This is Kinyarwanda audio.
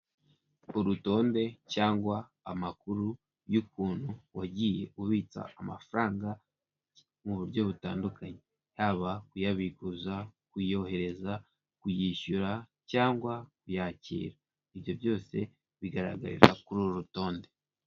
Urutonde cyangwa amakuru y'ukuntu wagiye ubitsa amafaranga mu buryo butandukanye yaba kuyabiguza, kuyohereza, kuyishyura cyangwa kuyakira, ibyo byose bigaragarira kuri uru rutonde.